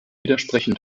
widersprechen